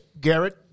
Garrett